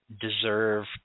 deserve